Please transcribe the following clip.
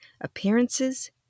appearances